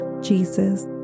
Jesus